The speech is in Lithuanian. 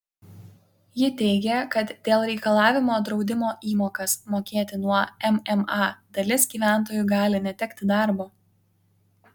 ji teigė kad dėl reikalavimo draudimo įmokas mokėti nuo mma dalis gyventojų gali netekti darbo